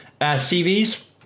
CVs